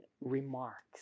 remarks